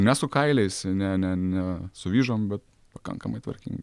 ne su kailiais ne ne ne su vyžom bet pakankamai tvarkingi